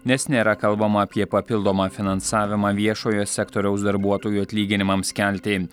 nes nėra kalbama apie papildomą finansavimą viešojo sektoriaus darbuotojų atlyginimams kelti